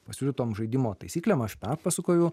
pasiūlytom žaidimo taisyklėm aš perpasakoju